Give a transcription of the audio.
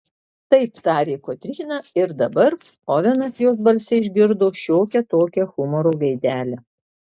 taip tarė kotryna ir dabar ovenas jos balse išgirdo šiokią tokią humoro gaidelę